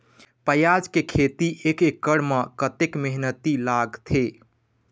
प्याज के खेती एक एकड़ म कतक मेहनती लागथे?